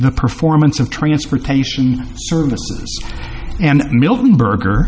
the performance of transportation services and milton burger